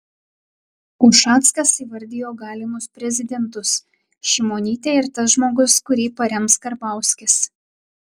ušackas įvardijo galimus prezidentus šimonytė ir tas žmogus kurį parems karbauskis